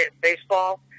baseball